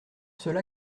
cela